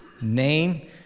Name